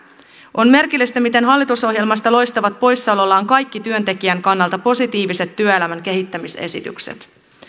on merkillistä miten hallitusohjelmasta loistavat poissaolollaan kaikki työntekijän kannalta positiiviset työelämän kehittämisesitykset